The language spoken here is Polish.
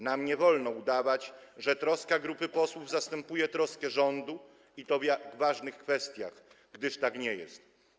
Nam nie wolno udawać, że troska grupy posłów zastępuje troskę rządu, i to w jakże ważnych kwestiach, gdyż tak nie jest.